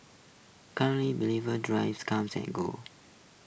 currently believer drivers come and go